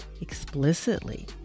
explicitly